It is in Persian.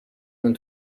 اون